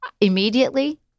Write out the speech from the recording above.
immediately